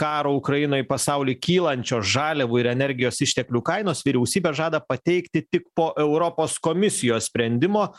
nuo karo ukrainoj pasauly kylančios žaliavų ir energijos išteklių kainos vyriausybė žada pateikti tik po europos komisijos sprendimo